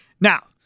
Now